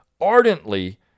ardently